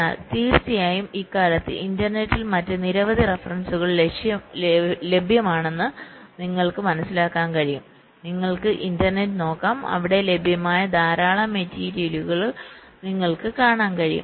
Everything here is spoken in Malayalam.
എന്നാൽ തീർച്ചയായും ഇക്കാലത്ത് ഇന്റർനെറ്റിൽ മറ്റ് നിരവധി റഫറൻസുകൾ ലഭ്യമാണെന്ന് നിങ്ങൾക്ക് മനസ്സിലാക്കാൻ കഴിയും നിങ്ങൾക്ക് ഇന്റർനെറ്റ് നോക്കാം അവിടെ ലഭ്യമായ ധാരാളം മെറ്റീരിയലുകൾ നിങ്ങൾക്ക് കാണാൻ കഴിയും